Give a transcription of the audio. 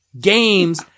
games